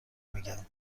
میگم